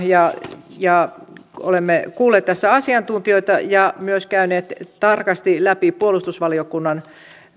ja ja tarkoituksenmukaisena olemme kuulleet tässä asiantuntijoita ja myös käyneet tarkasti läpi puolustusvaliokunnan